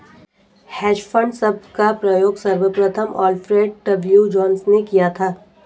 hedge fund शब्द का प्रयोग सर्वप्रथम अल्फ्रेड डब्ल्यू जोंस ने किया था